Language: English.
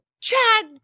Chad